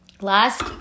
last